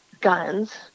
guns